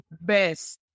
best